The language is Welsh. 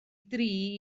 dri